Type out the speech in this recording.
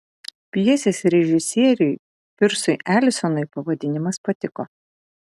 pjesės režisieriui pirsui elisonui pavadinimas patiko